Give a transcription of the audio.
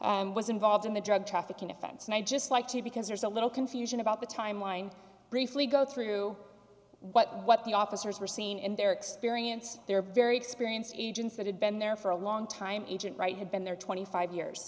lot was involved in the drug trafficking offense and i'd just like to because there's a little confusion about the timeline briefly go through what what the officers were seen in their experience they're very experienced agents that had been there for a long time agent wright had been there twenty five years